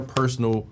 personal